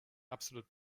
absolut